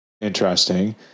Interesting